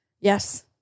Yes